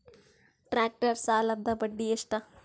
Tractor ಸಾಲದ್ದ ಬಡ್ಡಿ ಎಷ್ಟ?